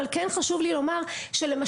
אבל כן חשוב לי לומר שלמשל,